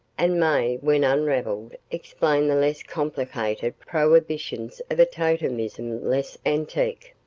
and may, when unravelled, explain the less complicated prohibitions of a totemism less antique.